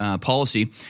policy